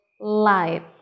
light